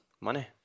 money